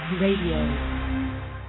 Radio